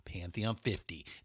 pantheon50